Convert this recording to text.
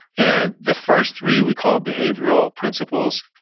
and the first three we call behavioral principles.